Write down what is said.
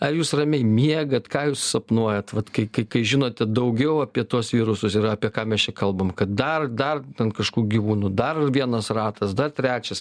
ar jūs ramiai miegat ką jūs sapnuojat vat kai kai kai žinote daugiau apie tuos virusus ir apie ką mes čia kalbam kad dar dar ten kažkur gyvūnų dar vienas ratas dar trečias